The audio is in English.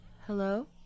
hello